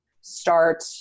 start